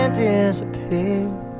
disappear